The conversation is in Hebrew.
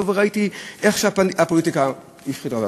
וראיתי איך שהפוליטיקה השחיתה אותו.